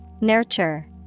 Nurture